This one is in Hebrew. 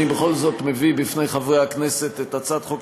אני בכל זאת מביא לפני חברי הכנסת את הצעת חוק